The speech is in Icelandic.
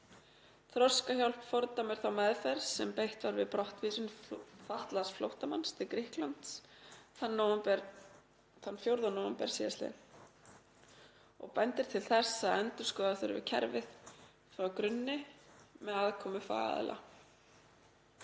Þroskahjálp fordæmir þá meðferð sem beitt var við brottvísun fatlaðs flóttamanns til Grikklands þann 4. nóvember síðastliðinn og bendir á að endurskoða þurfi kerfið frá grunni með aðkomu fagaðila.